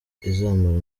izamara